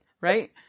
Right